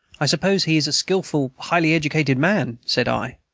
i suppose he is a skilful, highly educated man, said i.